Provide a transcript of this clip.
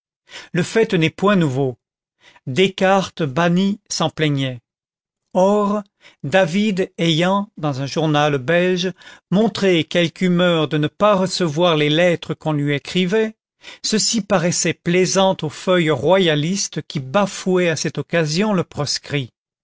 le fait n'est point nouveau descartes banni s'en plaignait or david ayant dans un journal belge montré quelque humeur de ne pas recevoir les lettres qu'on lui écrivait ceci paraissait plaisant aux feuilles royalistes qui bafouaient à cette occasion le proscrit